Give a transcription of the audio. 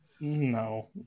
no